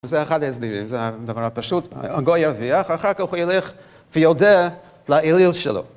זה אחד ההסברים, זה הדבר הפשוט, הגוי ירוויח, אחר כך הוא ילך ויודה לאליל שלו.